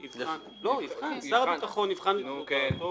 צריך להכניס פה באיזושהי דרך את העובדה